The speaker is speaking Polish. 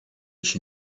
się